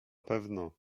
pewno